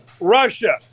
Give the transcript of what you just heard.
Russia